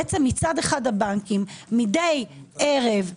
מצד אחד הבנקים מדי ערב,